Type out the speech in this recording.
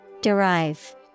Derive